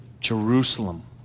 Jerusalem